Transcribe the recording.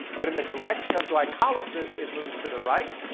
but in the direction of glycolysis it moves to the right.